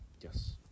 Yes